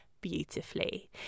beautifully